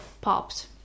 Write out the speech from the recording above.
popped